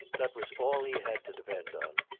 that was all he had to depend on.